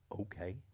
Okay